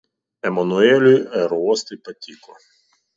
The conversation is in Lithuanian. emanueliui aerouostai patiko